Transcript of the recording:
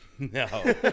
No